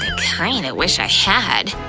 kind of wish i had,